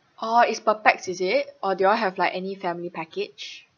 oo it's per pax is it or do y'all have like any family package